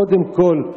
קודם כול,